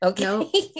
Okay